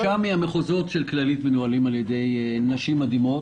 שלושה מן המחוזות של כללית מנוהלים על ידי נשים מדהימות,